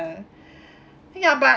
ya but